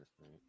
right